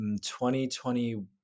2020